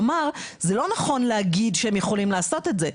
כלומר, זה לא נכון להגיד שהם יכולים לעשות את זה.